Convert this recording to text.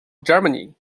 germany